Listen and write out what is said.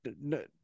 No